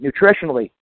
nutritionally